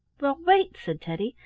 well, wait! said teddy.